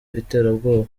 iterabwoba